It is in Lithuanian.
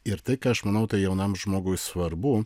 ir tai ką aš manau tai jaunam žmogui svarbu